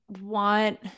want